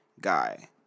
guy